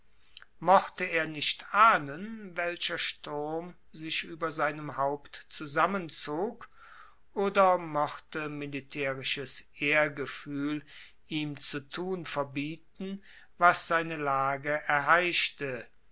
mochte er nicht ahnen welcher sturm sich ueber seinem haupt zusammenzog oder mochte militaerisches ehrgefuehl ihm zu tun verbieten was seine lage erheischte